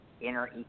inner